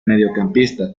mediocampista